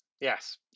Yes